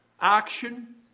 Action